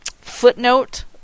footnote